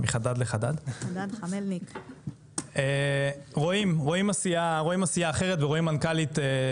רואים עשייה אחרת ורואים מנכ"לית שמבינה עניין ומבינה את הנושא הזה.